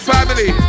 Family